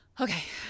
Okay